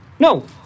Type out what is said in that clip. No